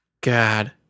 God